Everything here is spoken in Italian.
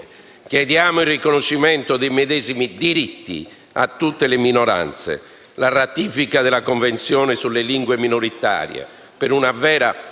Chiediamo il riconoscimento dei medesimi diritti a tutte le minoranze, la ratifica della convenzione sulle lingue minoritarie, per una vera